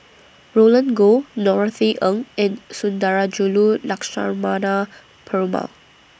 Roland Goh Norothy Ng and Sundarajulu Lakshmana Perumal